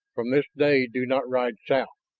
from this day do not ride south!